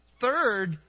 third